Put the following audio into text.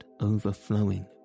overflowing